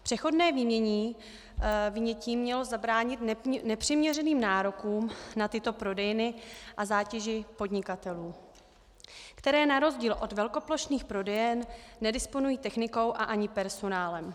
Přechodné vynětí mělo zabránit nepřiměřeným nárokům na tyto prodejny a zátěži podnikatelů, kteří na rozdíl od velkoplošných prodejen nedisponují technikou a ani personálem.